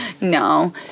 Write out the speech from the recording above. No